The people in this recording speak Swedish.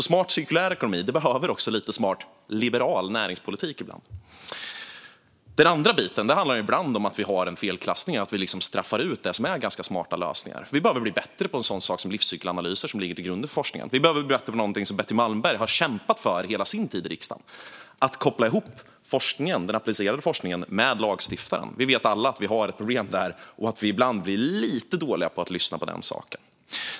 Smart cirkulär ekonomi behöver också lite smart liberal näringspolitik ibland. Den andra biten handlar om att vi ibland har en felklassning och straffar ut det som är ganska smarta lösningar. Vi behöver bli bättre på en sådan sak som livscykelanalyser, som ligger till grund för forskningen. Vi behöver bli bättre på något som Betty Malmberg har kämpat för under hela sin tid i riksdagen: att koppla ihop den applicerade forskningen med lagstiftaren. Vi vet alla att vi har ett problem där och att vi ibland blir lite dåliga på att lyssna på den saken.